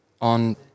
on